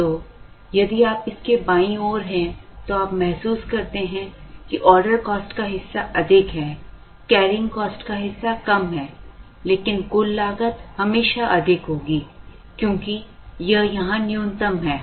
तो यदि आप इसके बाईं ओर हैं तो आप महसूस करते हैं कि ऑर्डर कॉस्ट का हिस्सा अधिक है कैरींग कॉस्ट का हिस्सा कम है लेकिन कुल लागत हमेशा अधिक होगी क्योंकि यह यहां न्यूनतम है